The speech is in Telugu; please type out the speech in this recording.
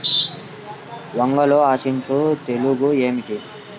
వంగలో ఆశించు తెగులు ఏమిటి?